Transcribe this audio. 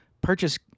purchase